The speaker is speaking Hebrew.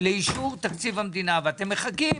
לאישור תקציב המדינה ואתם מחכים